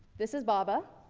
this is baba,